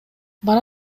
бара